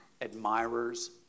Admirers